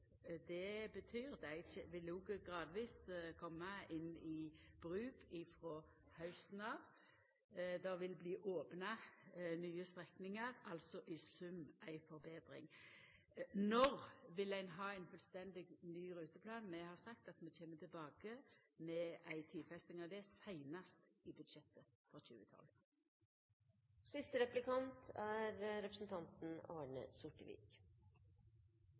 Det betyr at dei gradvis vil koma inn i bruk frå hausten av. Det vil bli opna nye strekningar, altså i sum ei forbetring. Når vil ein ha ein fullstendig ny ruteplan? Vi har sagt at vi kjem tilbake med ei tidfesting av det seinast i budsjettet for 2012. Til et helt annet tema: Det er